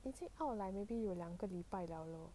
已经 out like 两个礼拜了 loh